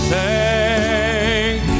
Thank